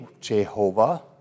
Jehovah